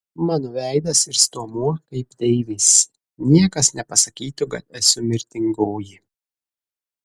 mano veidas ir stuomuo kaip deivės niekas nepasakytų kad esu mirtingoji